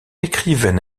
écrivaine